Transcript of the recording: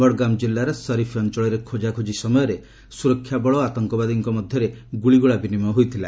ବଡ଼ଗାମ୍ ଜିଲ୍ଲାର ସରିଫ୍ ଅଞ୍ଚଳରେ ଖୋଜାଖୋଜି ସମୟରେ ସୁରକ୍ଷା ବଳ ଓ ଆତଙ୍କବାତୀଙ୍କ ମଧ୍ୟରେ ଗୁଳିଗୋଳା ବିନିମୟ ହୋଇଥିଲା